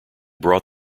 brought